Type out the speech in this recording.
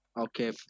Okay